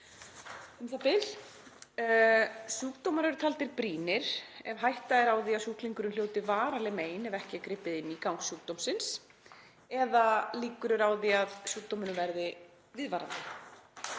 um bil. Sjúkdómar eru taldir brýnir ef hætta er á því að sjúklingur hljóti varanleg mein ef ekki er gripið inn í gang sjúkdómsins eða ef líkur eru á að sjúkdómurinn verði viðvarandi